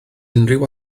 unrhyw